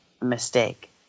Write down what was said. mistake